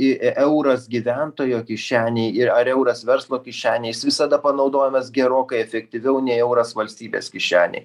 i euras gyventojo kišenėj ir ar euras verslo kišenėj jis visada panaudojamas gerokai efektyviau nei euras valstybės kišenėj